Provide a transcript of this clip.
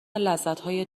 لذتهای